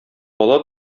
бала